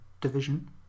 division